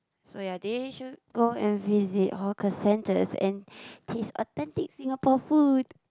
so ya they should go and visit hawker centres and taste authentic Singapore food